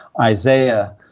Isaiah